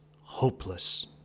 hopeless